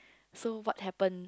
so what happened